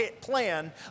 plan